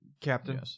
Captain